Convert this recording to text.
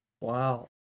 Wow